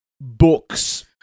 books